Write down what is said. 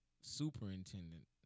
superintendent